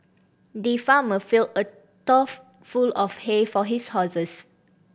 the farmer filled a trough full of hay for his horses